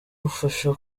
bufasha